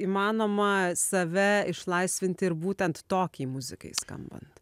įmanoma save išlaisvinti ir būtent tokiai muzikai skambant